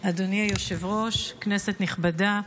אדוני היושב-ראש, כנסת נכבדה,